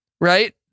right